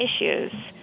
issues